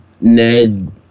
Ned